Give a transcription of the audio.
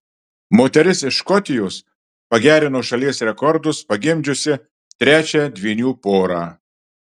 moteris iš škotijos pagerino šalies rekordus pagimdžiusi trečią dvynių porą